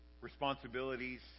responsibilities